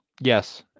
Yes